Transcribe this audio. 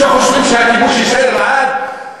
שחושבים שהכיבוש יישאר לעד.